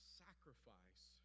sacrifice